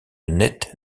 net